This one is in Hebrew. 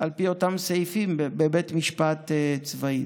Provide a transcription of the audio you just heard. על פי אותם סעיפים בבית משפט צבאי.